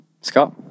Scott